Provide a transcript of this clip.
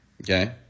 Okay